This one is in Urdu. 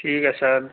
ٹھیک ہے سر